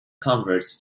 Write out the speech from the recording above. converts